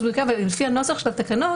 ולפי הנוסח של התקנות,